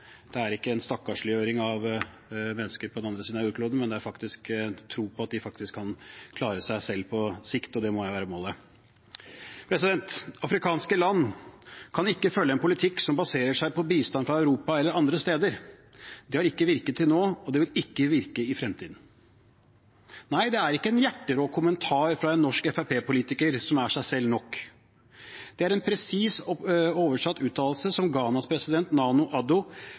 Det er ikke en stakkarsliggjøring av mennesker på den andre siden av jordkloden, men det er faktisk en tro på at de kan klare seg selv på sikt, og det må jo være målet. Afrikanske land kan ikke følge en politikk som baserer seg på bistand fra Europa eller andre steder. Det har ikke virket til nå, og det vil ikke virke i fremtiden. Nei, dette er ikke en hjerterå kommentar fra en norsk Fremskrittsparti-politiker som er seg selv nok. Det er en presis oversatt uttalelse som Ghanas president,